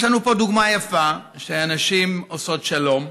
יש לנו פה דוגמה יפה של נשים עושות שלום,